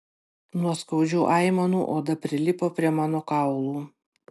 nuo skaudžių aimanų oda prilipo prie mano kaulų